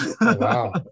Wow